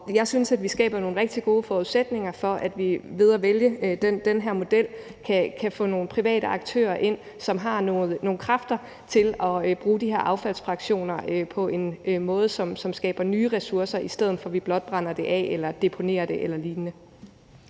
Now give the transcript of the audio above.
Jeg synes, at vi skaber nogle rigtig gode forudsætninger for, at vi ved at vælge den her model kan få nogle private aktører ind, som har nogle kræfter til at bruge de her affaldsfraktioner på en måde, som skaber nye ressourcer, i stedet for at vi blot brænder det af, deponerer det eller lignende.